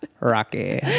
rocky